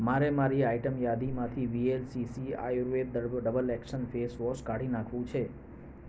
મારે મારી આઇટમ યાદીમાંથી VLCC Ayurveda double action face wash કાઢી નાખવું છે